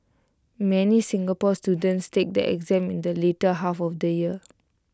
many Singapore students take the exam in the later half of the year